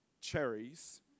cherries